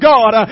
God